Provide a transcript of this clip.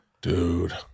Dude